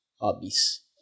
hobbies